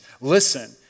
Listen